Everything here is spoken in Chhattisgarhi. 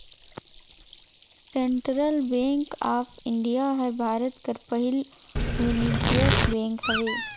सेंटरल बेंक ऑफ इंडिया हर भारत कर पहिल वानिज्यिक बेंक हवे